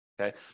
Okay